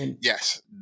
Yes